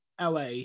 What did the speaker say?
LA